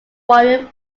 warren